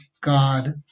God